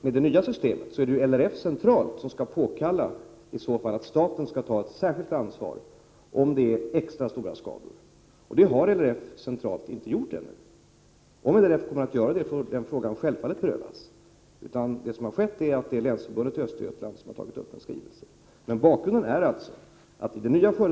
Med det nya systemet är det LRF centralt som skall påkalla att staten tar ett särskilt ansvar, om det är extra stora skador. Det har LRF centralt inte gjort ännu. Om LRF kommer att göra det, får frågan självfallet prövas. Vad som har skett är att LRF:s länsförbund i Östergötland har sänt in en skrivelse.